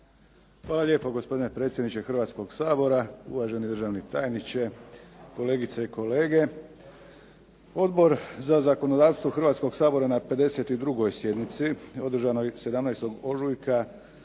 Hvala lijepo gospodine predsjedniče Hrvatskog sabora. Uvaženi državni tajniče, kolegice i kolege. Odbor za zakonodavstvo Hrvatskog sabora na 52. sjednici održanoj 17. ožujka